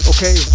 Okay